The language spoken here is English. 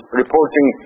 reporting